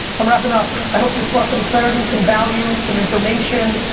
i'm wrapping up. i hope this brought some clarity, some value, some information.